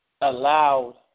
allowed